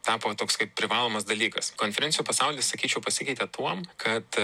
tapo toks kaip privalomas dalykas konferencijų pasaulis sakyčiau pasikeitė tuom kad